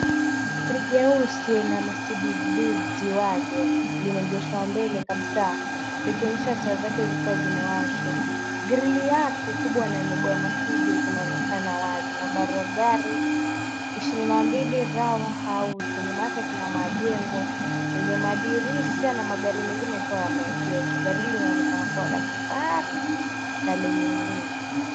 Gari jeusi aina ya Mercedes Benz G wagon limeegeshwa mbele kabisa likionyesha taa zake zikiwa zimewashwa. Grilli yake kubwa na nembo ya Mercedes zinaonekana wazi. Nambari ya gari ishirini na mbili Rawa Auto. Nyuma yake kuna majengo yenye madirisha na magari mengine yakiwa yameegeshwa. Gari hili linaoneka kuwa la kifahari na lenye nguvu.